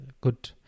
good